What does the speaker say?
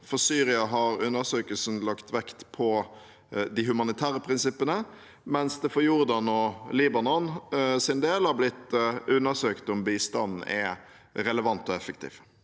For Syria har undersøkelsen lagt vekt på de humanitære prinsippene, mens det for Jordans og Libanons del har blitt undersøkt om bistanden er relevant og effektiv.